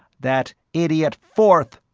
that idiot forth!